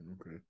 Okay